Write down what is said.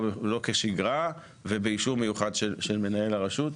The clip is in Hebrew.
כשגרה ובאישור מיוחד של מנהל הרשות,